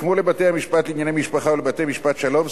כמו לבתי-המשפט לענייני משפחה ולבתי-משפט שלום,